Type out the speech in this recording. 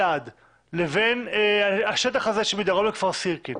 אלעד לבין השטח הזה שמדרום לכפר סירקין,